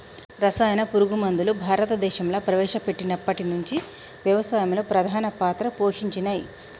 రసాయన పురుగు మందులు భారతదేశంలా ప్రవేశపెట్టినప్పటి నుంచి వ్యవసాయంలో ప్రధాన పాత్ర పోషించినయ్